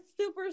super